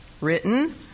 written